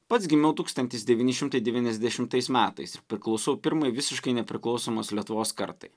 pats gimiau tūkstantis devyni šimtai devyniasdešimtais metais priklausau pirmai visiškai nepriklausomos lietuvos kartai